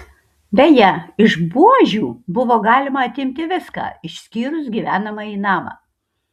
beje iš buožių buvo galima atimti viską išskyrus gyvenamąjį namą